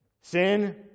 Sin